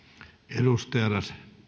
arvoisa